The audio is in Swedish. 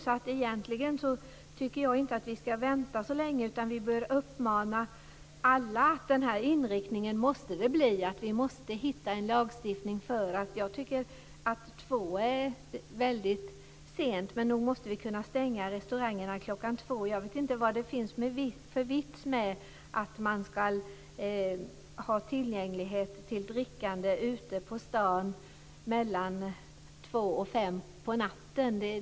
Därför tycker jag att vi egentligen inte ska vänta så länge, utan vi bör uppmana alla att den här inriktningen måste det bli. Vi måste hitta en lagstiftning. Jag tycker att kl. 2 är väldigt sent, men nog måste vi kunna stänga restaurangerna kl. 2. Jag vet inte vad det finns för vits med att man har tillgänglighet till drickande ute på stan mellan kl. 2 och kl. 5 på natten.